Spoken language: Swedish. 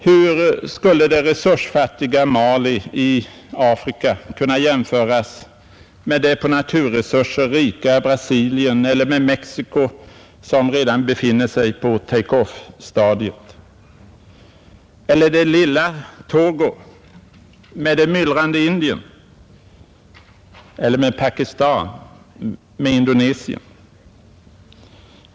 Hur skulle det resursfattiga Mali i Afrika kunna jämföras med det på naturresurser rika Brasilien eller med Mexico, som redan befinner sig i take off-stadiet? Eller det lilla Togo med det myllrande Indien eller med Pakistan, med Indonesien?